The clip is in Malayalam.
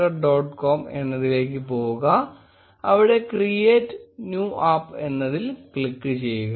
com എന്നതിലേക്ക് പോവുക അവിടെ create new app എന്നതിൽ ക്ലിക്ക് ചെയ്യുക